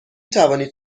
توانید